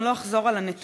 אני לא אחזור על הנתונים,